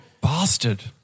bastard